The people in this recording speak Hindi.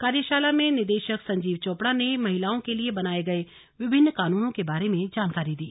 कार्यशाला में निदेशक संजीव चोपड़ा ने महिलाओं के लिए बनाए गए विभिन्न कानूनों के बारे में जानकारी दी